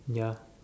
ya